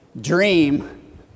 dream